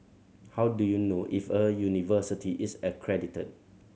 how do you know if a university is accredited